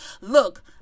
look